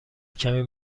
کمی